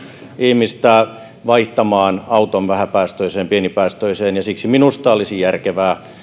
ihmistä vaihtamaan auton vähäpäästöiseen pienipäästöiseen siksi minusta olisi järkevää